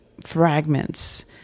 fragments